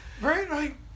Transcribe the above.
Right